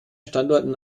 standorten